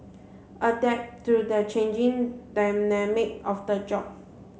adapt to the changing dynamic of the job